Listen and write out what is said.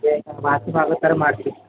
ಬೇಗ ವಾಸಿ ಆಗೋಥರ ಮಾಡ್ತೀನಿ